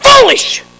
foolish